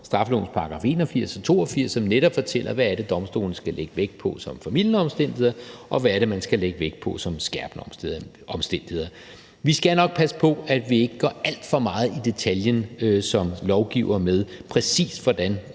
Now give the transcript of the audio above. straffelovens §§ 81 og 82, som netop fortæller, hvad det er, domstolene skal lægge vægt på som formildende omstændigheder, og hvad det er, de skal lægge vægt på som skærpende omstændigheder. Vi skal nok passe på, at vi ikke går alt for meget i detaljer som lovgivere med, præcis hvordan